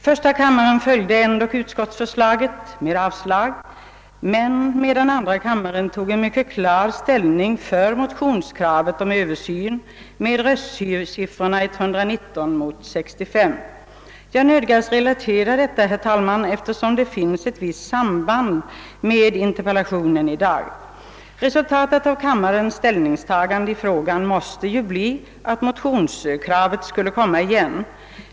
Första kammaren följde ända utskottets förslag om avslag på motionerna, medan andra kammaren tog en mycket klar ställning för motionskravet om översyn av lagstiftningen. Röstsiffrorna blev 119 mot 65. Jag nödgas relatera detta, herr talman, eftersom det finns ett visst samband med det och med interpellationen i dag. ningstagande i frågan måste ju bli att motionskravet skulle komma igen.